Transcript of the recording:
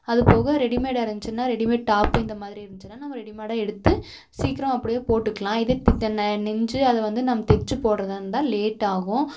அதுபோக ரெடிமேடாக இருந்துச்சுன்னால் ரெடிமேட் டாப் இந்த மாதிரி இருந்துச்சின்னால் நம்ம ரெடிமேடாக எடுத்து சீக்கிரம் அப்படியே போட்டுக்கலாம் இதே நெஞ்சி அதை வந்து நம்ம தைச்சி போடுறதாக இருந்தால் லேட் ஆகும்